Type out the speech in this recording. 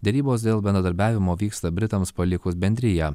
derybos dėl bendradarbiavimo vyksta britams palikus bendriją